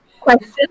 Question